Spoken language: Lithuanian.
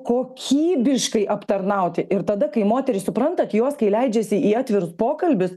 kokybiškai aptarnauti ir tada kai moterys suprantat jos kai leidžiasi į atvirus pokalbius